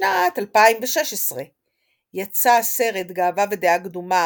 בשנת 2016 יצא הסרט גאווה ודעה קדומה